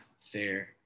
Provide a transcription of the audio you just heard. fair